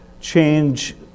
change